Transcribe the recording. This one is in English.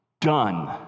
done